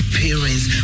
parents